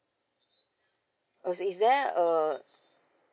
is there a